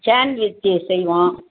sandwich செய்வோம்